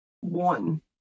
one